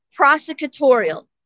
prosecutorial